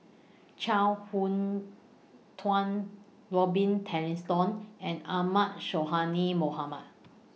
Chuang Hui Tsuan Robin Tessensohn and Ahmad Sonhadji Mohamad